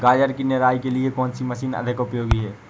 गाजर की निराई के लिए कौन सी मशीन अधिक उपयोगी है?